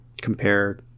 Compare